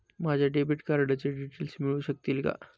माझ्या डेबिट कार्डचे डिटेल्स मिळू शकतील का?